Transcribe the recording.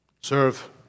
Serve